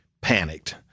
panicked